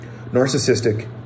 narcissistic